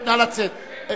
לפני הבחירות, לא צריך, צא,